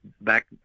back